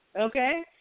Okay